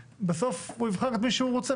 בסוף הוא יבחר את מי שהוא רוצה,